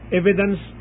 evidence